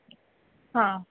हां